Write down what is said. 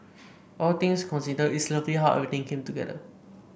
all things considered it's lovely how everything came together